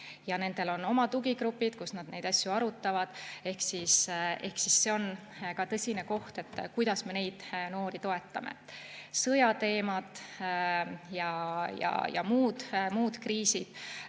Ja nendel on oma tugigrupid, kus nad neid asju arutavad. Ehk siis see on ka tõsine [mure]koht, kuidas me neid noori toetame. Sõjateemad ja muud kriisid